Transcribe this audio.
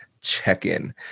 check-in